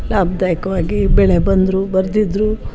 ಲಾಭದಾಯಕ್ವಾಗಿ ಬೆಳೆ ಬಂದರೂ ಬರದಿದ್ರೂ